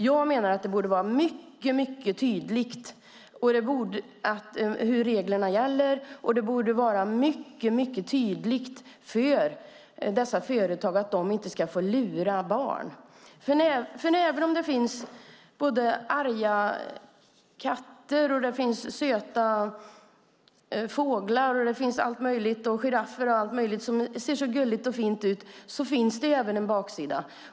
Jag menar att det mycket tydligt borde framgå vilka regler som gäller, och det borde vara mycket tydligt för dessa företag att de inte får lura barn. Även om det finns arga katter, söta fåglar, giraffer och allt möjligt annat som är både gulligt och fint finns det också en baksida.